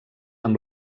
amb